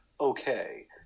okay